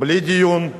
בלי דיון,